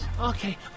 Okay